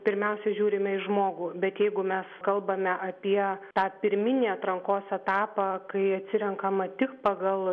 pirmiausia žiūrime į žmogų bet jeigu mes kalbame apie tą pirminį atrankos etapą kai atsirenkama tik pagal